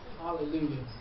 Hallelujah